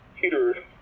Peter